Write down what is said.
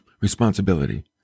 responsibility